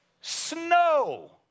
snow